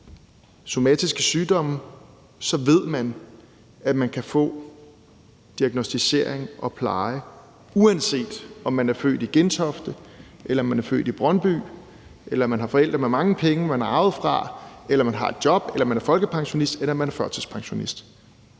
somatiske sygdomme, ved man, at man kan få diagnosticering og pleje, uanset om man er født i Gentofte, om man er født i Brøndby, om man har forældre med mange penge, man har arvet fra, om man har et job, om man er folkepensionist, eller om man er førtidspensionist.